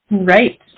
right